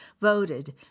voted